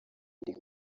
iri